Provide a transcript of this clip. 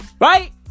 Right